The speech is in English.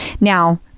Now